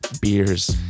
beers